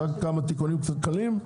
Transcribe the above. רק כמה תיקונים קלים,